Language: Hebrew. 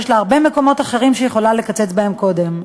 יש לה הרבה מקומות אחרים שהיא יכולה לקצץ בהם קודם.